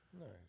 Nice